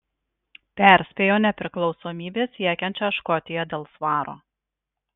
perspėjo nepriklausomybės siekiančią škotiją dėl svaro